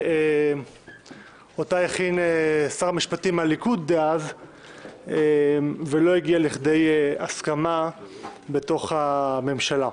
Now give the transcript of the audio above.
שאותה הכין שר המשפטים מהליכוד דאז ולא הגיעה להסכמה בתוך הממשלה.